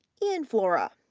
ian flora,